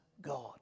God